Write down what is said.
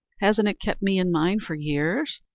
hasn't it kept me and mine for years?